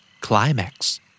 Climax